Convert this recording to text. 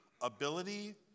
ability